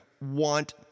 want